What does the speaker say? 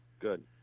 good